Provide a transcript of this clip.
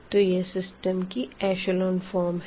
तो यह सिस्टम की एशलों फ़ॉर्म है